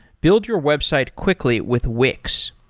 build your website quickly with wix.